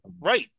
right